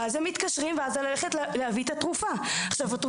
אני צריכה גם ללכת להביא את התרופה כשמתקשרים.